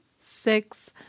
six